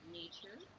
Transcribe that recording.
nature